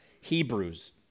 Hebrews